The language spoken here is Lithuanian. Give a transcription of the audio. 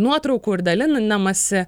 nuotraukų ir dalinamasi